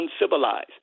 uncivilized